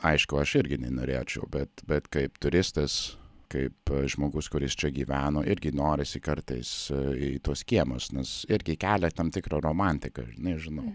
aišku aš irgi nenorėčiau bet bet kaip turistas kaip žmogus kuris čia gyveno irgi norisi kartais į tuos kiemus nes irgi kelia tam tikrą romantiką nežinau